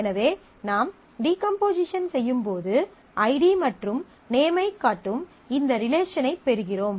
எனவே நாம் டீகம்போசிஷன் செய்யும்போது ஐடி மற்றும் நேமைக் காட்டும் இந்த ரிலேசனைப் பெறுகிறோம்